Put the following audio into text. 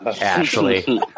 Ashley